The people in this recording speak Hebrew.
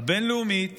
הבין-לאומית